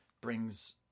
brings